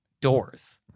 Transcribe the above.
Doors